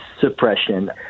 suppression